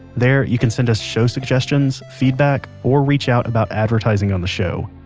there, you can send us show suggestions, feedback, or reach out about advertising on the show.